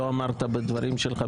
לא אמרת בדברים שלך,